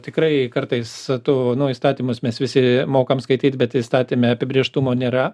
tikrai kartais tu nu įstatymus mes visi mokam skaityt bet įstatyme apibrėžtumo nėra